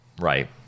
right